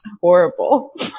horrible